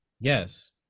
Yes